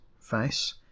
face